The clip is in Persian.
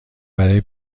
برای